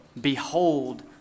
Behold